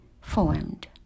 formed